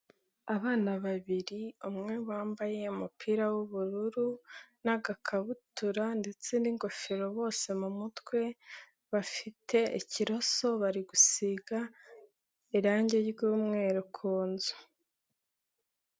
Abana babiri umwe wambaye umupira w'ubururu n'agakabutura ndetse n'ingofero bose mu mutwe bafite ikiroso bari gusiga irangi ry'umweru ku nzu.